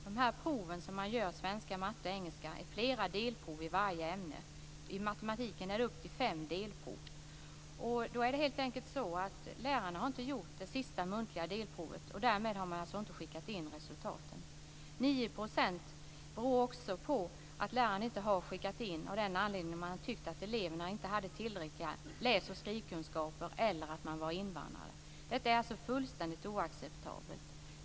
Dessa prov, som görs i svenska, matematik och engelska, består av flera delprov i varje ämne. I matematiken är det upp till fem delprov. Det är helt enkelt så att lärarna inte har genomfört det sista muntliga delprovet och därmed inte heller har skickat in resultaten. I 9 % av fallen har lärarna inte skickat in resultaten av den anledningen att man har tyckt att eleverna inte hade tillräckliga läs och skrivkunskaper eller var invandrare. Detta är fullständigt oacceptabelt.